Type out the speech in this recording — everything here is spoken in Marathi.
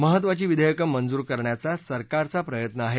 महत्त्वाची विधेयकं मंजूर करण्याचा सरकारचा प्रयत्न आहे